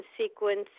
sequence